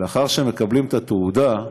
לאחר שמקבלים את התעודה,